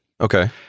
Okay